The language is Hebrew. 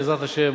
בעזרת השם,